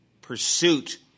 pursuit